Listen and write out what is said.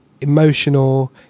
emotional